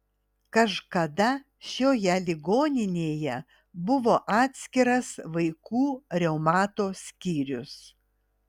kažkada šioje ligoninėje buvo atskiras vaikų reumato skyrius